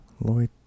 Lloyd